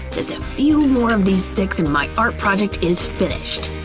just a few more of these sticks and my art project is finished!